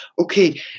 Okay